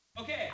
Okay